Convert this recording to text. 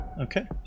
Okay